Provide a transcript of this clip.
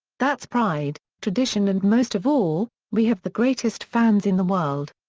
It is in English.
that's pride, tradition and most of all, we have the greatest fans in the world.